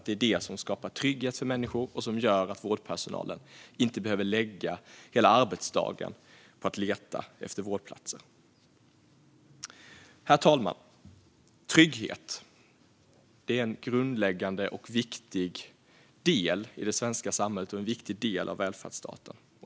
Det är detta som skapar trygghet för människor och gör att vårdpersonalen inte behöver lägga hela arbetsdagen på att leta efter vårdplatser. Herr talman! Trygghet är en grundläggande och viktig del i det svenska samhället och en viktig del av välfärdsstaten.